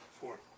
Four